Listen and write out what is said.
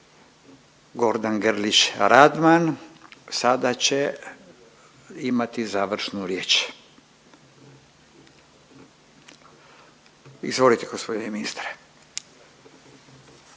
Gordan Grlić-Radman sada će imati završnu riječ. Izvolite gospodine ministre.